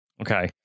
okay